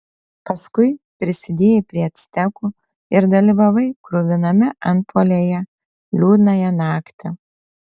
paskui prisidėjai prie actekų ir dalyvavai kruviname antpuolyje liūdnąją naktį